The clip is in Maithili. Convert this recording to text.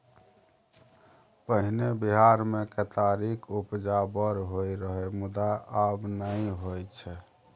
पहिने बिहार मे केतारीक उपजा बड़ होइ रहय मुदा आब नहि होइ छै